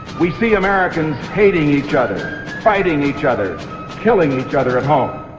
we see americans hating each other fighting each other killing each other at home.